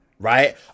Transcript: right